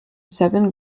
seven